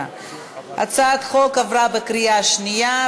הצעת החוק עברה בקריאה שנייה.